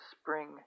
spring